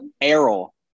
Errol